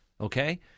okay